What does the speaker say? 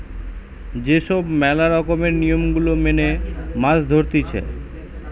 যে সব ম্যালা রকমের নিয়ম গুলা মেনে মাছ ধরতিছে